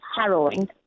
harrowing